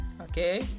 Okay